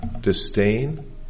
disdain